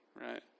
right